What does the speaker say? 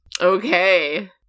Okay